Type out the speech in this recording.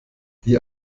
die